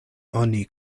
oni